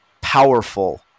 powerful